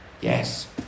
Yes